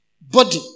body